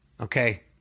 okay